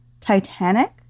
Titanic